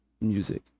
music